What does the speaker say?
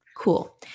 Cool